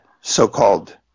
so-called